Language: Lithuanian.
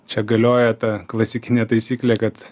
čia galioja ta klasikinė taisyklė kad